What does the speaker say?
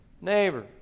neighbor